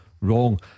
wrong